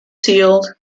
shield